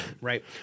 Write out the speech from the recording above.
right